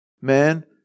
Man